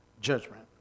Judgment